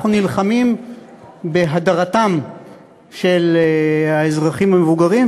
אנחנו נלחמים בהדרתם של האזרחים המבוגרים,